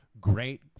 great